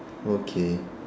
okay